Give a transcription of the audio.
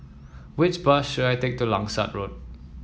which bus should I take to Langsat Road